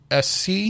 sc